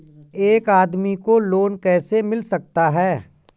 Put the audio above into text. एक आदमी को लोन कैसे मिल सकता है?